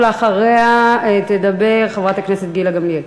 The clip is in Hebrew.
ואחריה תדבר חברת הכנסת גילה גמליאל.